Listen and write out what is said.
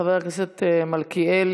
חבר הכנסת מלכיאלי,